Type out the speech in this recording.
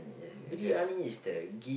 ya that's